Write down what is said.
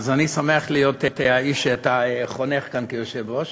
אז אני שמח להיות האיש שאתה חונך כאן כיושב-ראש,